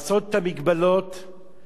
יש לנו החסמים, יש לנו היכולת.